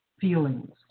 feelings